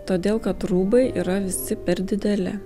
todėl kad rūbai yra visi per dideli